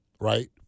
right